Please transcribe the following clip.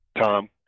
Tom